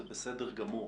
זה בסדר גמור,